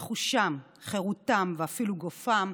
רכושם, חירותם ואפילו גופם,